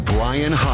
Brian